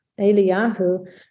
Eliyahu